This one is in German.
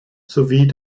sowie